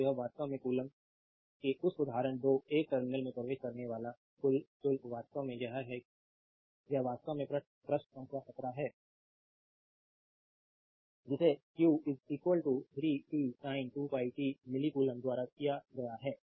तो यह वास्तव में कूलम्ब है अब उदाहरण 2 एक टर्मिनल में प्रवेश करने वाला कुल शुल्क वास्तव में यह है यह वास्तव में पृष्ठ संख्या 17 है जिसे q 3tsin 2π t मिली कूलम्ब द्वारा दिया गया है